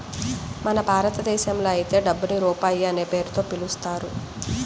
మన భారతదేశంలో అయితే డబ్బుని రూపాయి అనే పేరుతో పిలుస్తారు